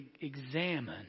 Examine